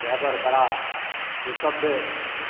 driver बड़ा सुसभ्य